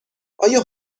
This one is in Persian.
آیا